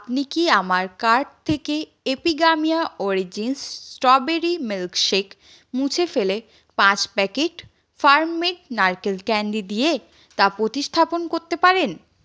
আপনি কি আমার কার্ট থেকে এপিগামিয়া অরিজিন্স স্ট্রবেরি মিল্কশেক মুছে ফেলে পাঁচ প্যাকেট ফার্ম মেড নারকেল ক্যান্ডি দিয়ে তা প্রতিস্থাপন করতে পারেন